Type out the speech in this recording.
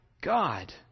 God